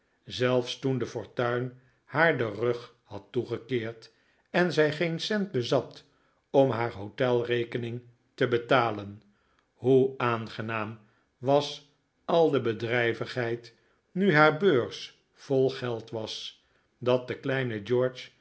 zelfs toen de fortuin haar den rug had toegekeerd en zij geen cent bezat om haar hotelrekening te betalen hoe aangenaam was al de bedrijvigheid nu haar beurs vol geld was dat de kleine